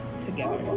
together